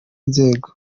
nzego